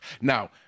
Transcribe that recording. Now